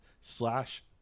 slash